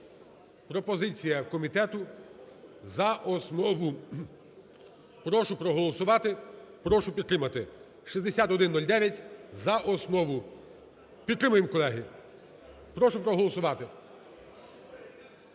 Пропозиція комітету – за основу. Прошу проголосувати, прошу підтримати 6109 за основу. Підтримаємо, колеги, прошу проголосувати.